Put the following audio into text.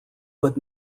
but